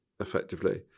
effectively